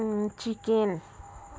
chicken